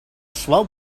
swell